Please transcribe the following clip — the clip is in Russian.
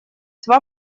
два